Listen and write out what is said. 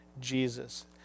Jesus